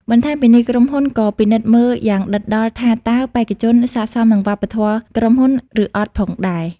បន្ថែមពីនេះ ក្រុមហ៊ុនក៏ពិនិត្យមើលយ៉ាងដិតដល់ថាតើបេក្ខជនស័ក្តិសមនឹងវប្បធម៌ក្រុមហ៊ុន ឬអត់ផងដែរ។